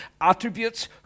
attributes